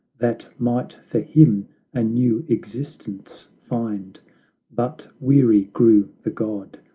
that might for him a new existence find but weary grew the god,